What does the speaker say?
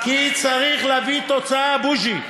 כי צריך להביא תוצאה, בוז'י.